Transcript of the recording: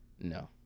No